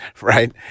right